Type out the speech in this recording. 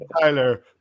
Tyler